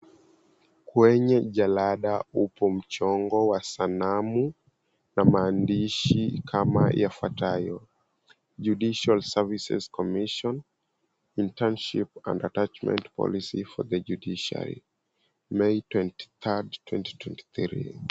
Kwenye jalada upo mchongo wa sanamu na maandishi kama yafuatayo 'Judicial Services Commission, Internship and Attachment Policy for the Judiciary, May 23rd 2023'.